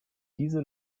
diese